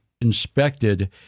inspected